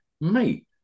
mate